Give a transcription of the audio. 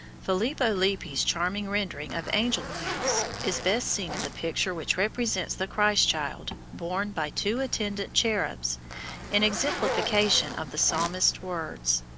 filippo lippi's charming rendering of angel-youths is best seen in the picture which represents the christ-child borne by two attendant cherubs in exemplification of the psalmist's words,